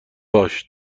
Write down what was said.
باش